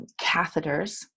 catheters